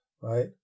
right